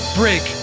break